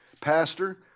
pastor